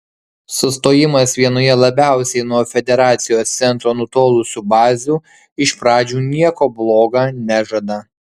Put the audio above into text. sustojimas vienoje labiausiai nuo federacijos centro nutolusių bazių iš pradžių nieko bloga nežada